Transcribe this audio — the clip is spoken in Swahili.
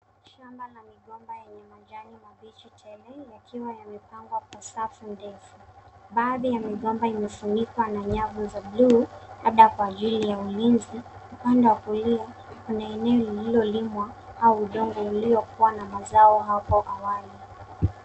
Shamba ya migomba yenye majani mabichi tele yakiwa yamepangwa kwa safu ndefu. Baadhi ya migomba imefunikwa na nyavu za bluu labda kwa ajili ya ulinzi. Upande wa kulia kuna eneo iliyolimwa au udongo uliokuwa na mazao hapo awali.